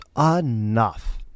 Enough